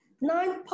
nine